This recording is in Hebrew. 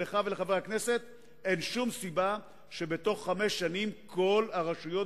לך ולחברי הכנסת: אין שום סיבה שבתוך חמש שנים כל הרשויות